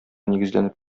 нигезләнеп